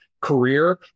career